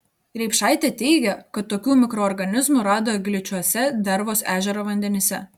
riepšaitė teigia kad tokių mikroorganizmų rado gličiuose dervos ežero vandenyse